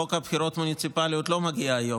חוק הבחירות המוניציפליות לא מגיע היום.